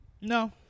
no